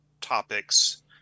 topics